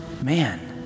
man